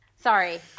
Sorry